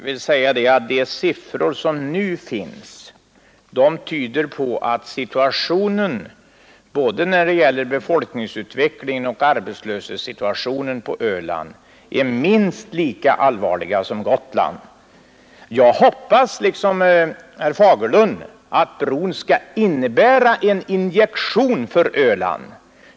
Herr talman! De siffror som nu finns tyder på att situationen både när det gäller befolkningsutvecklingen och när det gäller arbetslösheten på Öland är minst lika allvarlig som på Gotland. Jag hoppas, liksom herr Fagerlund, att bron skall innebära en injektion för Öland.